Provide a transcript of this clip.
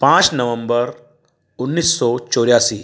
पाँच नोवम्बर उन्नीस सौ चौरासी